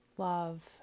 Love